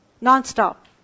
non-stop